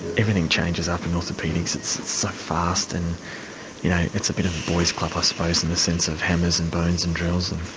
everything changes up in orthopaedics, it's so fast and you know it's a bit of a boy's club i ah suppose in the sense of hammers and bones and drills and.